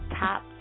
Top